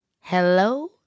hello